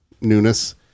newness